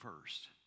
first